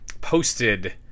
posted